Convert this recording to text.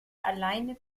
alleine